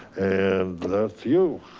and that's you.